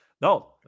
No